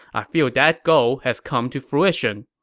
i feel that goal has come to fruition.